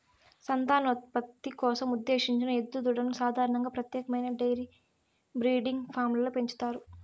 సంతానోత్పత్తి కోసం ఉద్దేశించిన ఎద్దు దూడలను సాధారణంగా ప్రత్యేకమైన డెయిరీ బ్రీడింగ్ ఫామ్లలో పెంచుతారు